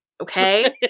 okay